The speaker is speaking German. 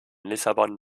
lissabon